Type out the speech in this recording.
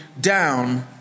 down